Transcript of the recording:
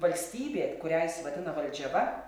valstybė kurią jis vadina valdžiava